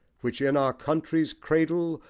which in our country's cradle,